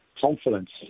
confidence